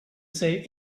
say